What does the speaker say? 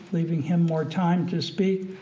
leaving him more time to speak.